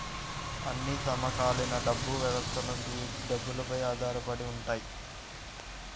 అన్ని సమకాలీన డబ్బు వ్యవస్థలుఫియట్ డబ్బుపై ఆధారపడి ఉంటాయి